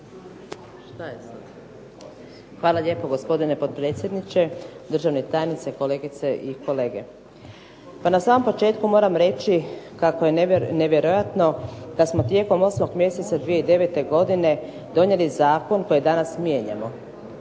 Hvala lijepo, gospodine potpredsjedniče. Državni tajniče, kolegice i kolege. Pa na samom početku moram reći kako je nevjerojatno da smo tijekom 8. mjeseca 2009. godine donijeli zakon koji danas mijenjamo.